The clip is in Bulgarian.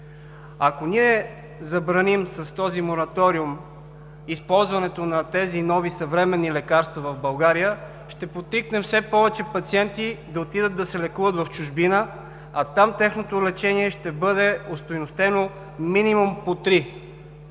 Ако ние забраним с този мораториум използването на тези нови съвременни лекарства в България, ще подтикнем все повече пациенти да отидат да се лекуват в чужбина, а там тяхното лечение ще бъде остойностено минимум по три.